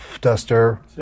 Duster